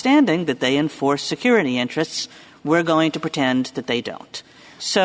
standing that they enforce security interests we're going to pretend that they don't so